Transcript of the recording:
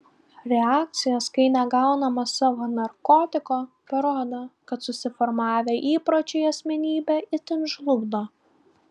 reakcijos kai negaunama savo narkotiko parodo kad susiformavę įpročiai asmenybę itin žlugdo